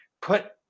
put